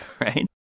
right